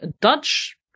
Dutch